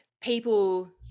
people